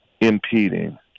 impeding